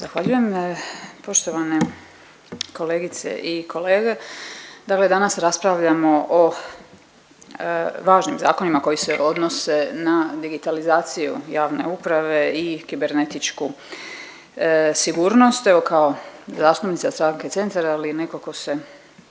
Zahvaljujem. Poštovane kolegice i kolege dakle danas raspravljamo o važnim zakonima koji se odnose na digitalizaciju javne uprave i kibernetičku sigurnost. Evo zastupnica stranke Centar ali i netko tko se